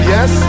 Yes